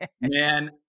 man